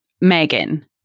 Megan